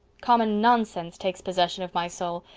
common nonsense takes possession of my soul.